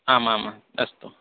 आम् आम् अस्तु